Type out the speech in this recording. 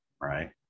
right